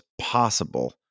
possible